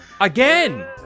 Again